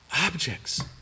objects